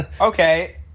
Okay